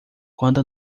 quando